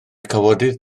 cawodydd